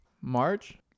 March